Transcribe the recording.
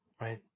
right